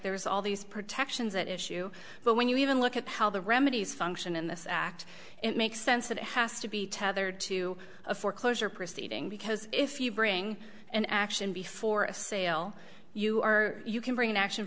there is all these protections that issue but when you even look at how the remedies function in this act it makes sense that it has to be tethered to a foreclosure proceeding because if you bring an action before a sale you are you can bring an action